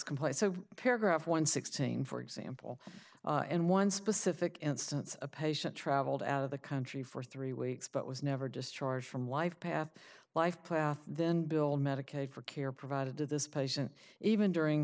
complex so paragraph one hundred saying for example and one specific instance a patient traveled out of the country for three weeks but was never discharged from life path life plath then bill medicaid for care provided to this patient even during